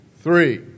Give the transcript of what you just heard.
three